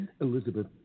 Elizabeth